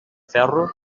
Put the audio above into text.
ferro